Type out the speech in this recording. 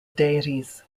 deities